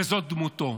וזו דמותו.